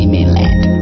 Mainland